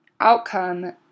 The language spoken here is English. outcome